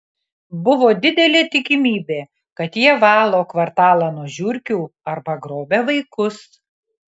buvo didelė tikimybė kad jie valo kvartalą nuo žiurkių arba grobia vaikus